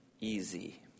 easy